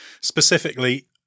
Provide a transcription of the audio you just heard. Specifically